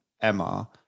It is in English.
Emma